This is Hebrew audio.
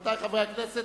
רבותי חברי הכנסת,